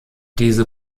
diese